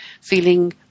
feeling